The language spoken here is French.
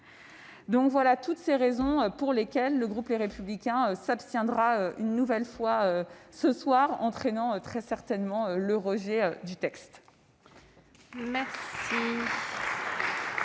sont donc les raisons pour lesquelles le groupe Les Républicains s'abstiendra une nouvelle fois ce soir, entraînant très certainement le rejet du texte. La